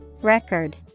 Record